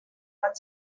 what